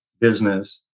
business